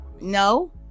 no